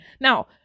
Now